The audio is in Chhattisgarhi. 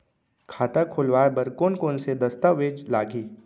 खाता खोलवाय बर कोन कोन से दस्तावेज लागही?